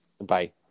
Bye